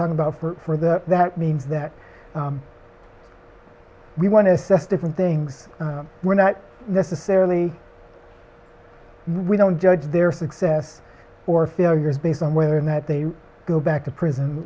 talking about for for the that means that we want to different things we're not necessarily we don't judge their success or failure based on whether or not they go back to prison